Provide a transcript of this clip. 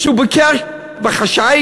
שהוא ביקר בחשאי,